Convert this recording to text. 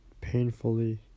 Painfully